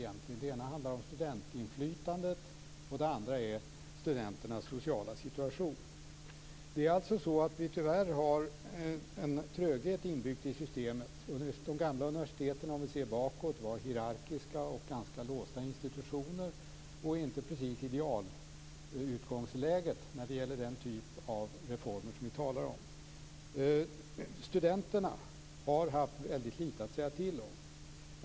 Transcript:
Den ena handlar om studentinflytandet och den andra om studenternas sociala situation. Tyvärr finns det en tröghet inbyggd i systemet. De gamla universiteten var, om vi ser bakåt i tiden, hierarkiska och ganska låsta institutioner. Det var inte precis idealutgångsläget för den typ av reformer som vi talar om. Studenterna har haft väldigt lite att säga till om.